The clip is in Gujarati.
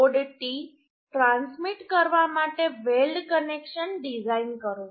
લોડ T ટ્રાન્સમિટ કરવા માટે વેલ્ડ કનેક્શન ડિઝાઇન કરો